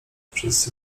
wszyscy